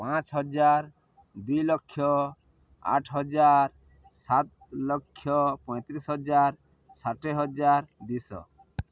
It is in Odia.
ପାଞ୍ଚ ହଜାର ଦୁଇ ଲକ୍ଷ ଆଠ ହଜାର ସାତ ଲକ୍ଷ ପଇଁତିରିଶ ହଜାର ଷାଠିଏ ହଜାର ଦୁଇଶହ